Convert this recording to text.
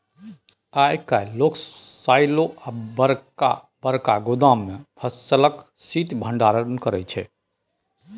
आइ काल्हि लोक साइलो आ बरका बरका गोदाम मे फसलक शीत भंडारण करै छै